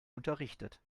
unterrichtet